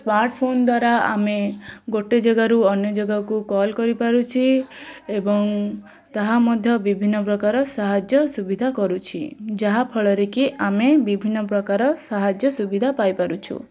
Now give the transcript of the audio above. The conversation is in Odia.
ସ୍ମାର୍ଟ୍ଫୋନ୍ ଦ୍ଵାରା ଆମେ ଗୋଟେ ଜାଗାରୁ ଅନ୍ୟ ଜାଗାକୁ କଲ୍ କରିପାରୁଛେ ଏବଂ ତାହା ମଧ୍ୟ ବିଭିନ୍ନପ୍ରକାର ସାହାଯ୍ୟ ସୁବିଧା କରୁଛି ଯାହା ଫଳରେକି ଆମେ ବିଭିନ୍ନପ୍ରକାର ସାହାଯ୍ୟ ସୁବିଧା ପାଇପରୁଛୁ